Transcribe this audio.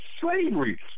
slavery